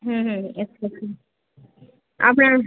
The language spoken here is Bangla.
হুম হুম আচ্ছা আচ্ছা আপনার